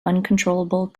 uncontrollable